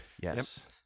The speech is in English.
Yes